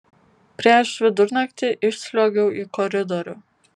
prieš vidurnaktį išsliuogiau į koridorių